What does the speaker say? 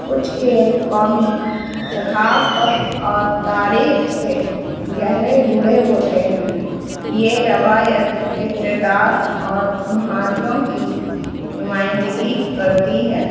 کچھ کھیل قومی ثقافت اور تاریخ سے گہرے جڑے ہوتے ہیں یہ روایت اقتدار اور مہارتوں کی نمائندگی کرتی ہے